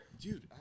Dude